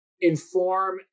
inform